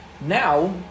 now